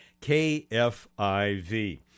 KFIV